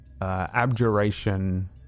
Abjuration